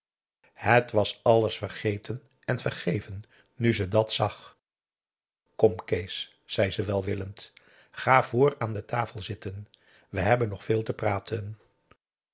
het was alles vergeten en vergeven nu ze dat zag kom kees zei ze welwillend ga vr aan de tafel zitten we hebben nog veel te praten